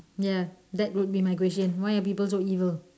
ya that would be my question why are people so evil